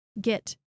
get